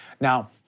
Now